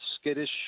skittish